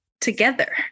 together